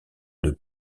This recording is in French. deux